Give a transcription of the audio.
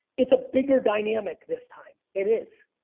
it's a bigger dynamic this time. it is.